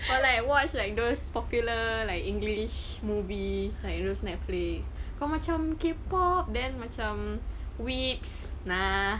or like watch like those popular like english movies like you know netflix kalau macam K-pop then macam weebs nah